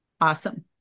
Awesome